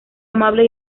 amable